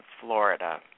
Florida